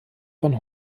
von